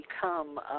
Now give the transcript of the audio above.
become